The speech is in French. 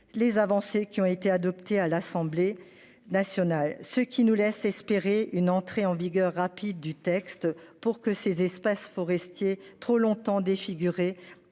Les avancées qui ont été adoptées à l'Assemblée nationale, ce qui nous laisse espérer une entrée en vigueur rapide du texte pour que ces espaces forestiers trop longtemps défiguré